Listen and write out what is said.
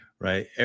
Right